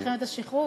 במלחמת השחרור?